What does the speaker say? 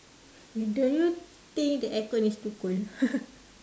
uh do you think the aircon is too cold